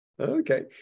Okay